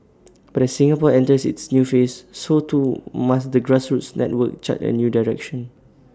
but as Singapore enters its new phase so too must the grassroots network chart A new direction